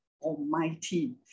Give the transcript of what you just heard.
almighty